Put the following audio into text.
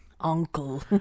uncle